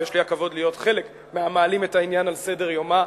ויש לי הכבוד להיות חלק מהמעלים את העניין על סדר-יומה,